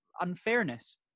unfairness